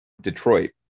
Detroit